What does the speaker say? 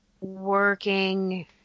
working